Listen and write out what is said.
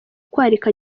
kwakira